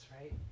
right